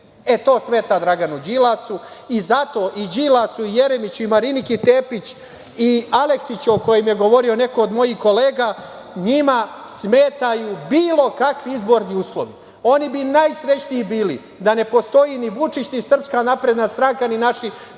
E, to smeta Draganu Đilasu. Zato i Đilasu i Jeremiću i Mariniki Tepić i Aleksiću, o kojem je govorio neko od mojih kolega, njima smetaju bilo kakvi izborni uslovi. Oni bi najsrećniji bili da ne postoji ni Vučić, ni SNS, ni naši